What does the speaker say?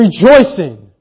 rejoicing